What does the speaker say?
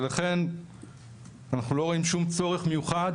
ולכן אנחנו לא רואים שום צורך מיוחד,